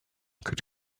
could